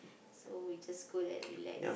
so you just go and relax